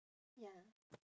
ya